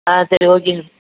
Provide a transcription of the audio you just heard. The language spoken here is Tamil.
ஆ சரி ஓகேங்க